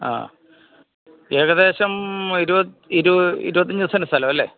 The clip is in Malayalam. ആ ഏകദേശം ഇരുപത്തിയഞ്ച് സെന്റ് സ്ഥലം അല്ലേ